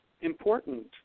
important